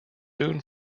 soon